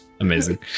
Amazing